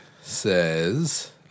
says